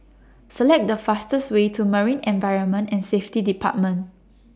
Select The fastest Way to Marine Environment and Safety department